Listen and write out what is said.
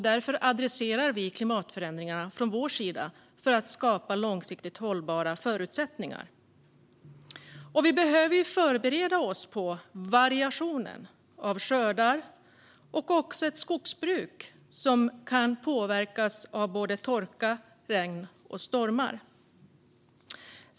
Därför adresserar vi klimatförändringarna från vår sida för att skapa långsiktigt hållbara förutsättningar. Vi behöver förbereda oss på variationen av skördar och också på ett skogsbruk som kan påverkas av torka, regn och stormar.